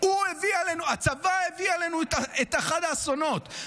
הצבא הביא עלינו את אחד האסונות,